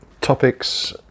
topics